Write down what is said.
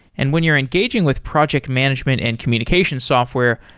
and when you're engaging with project management and communication software,